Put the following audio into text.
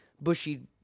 bushy